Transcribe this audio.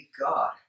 God